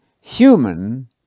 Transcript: human